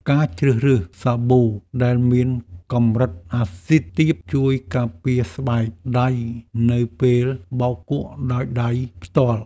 ការជ្រើសរើសសាប៊ូដែលមានកម្រិតអាស៊ីតទាបជួយការពារស្បែកដៃនៅពេលបោកគក់ដោយដៃផ្ទាល់។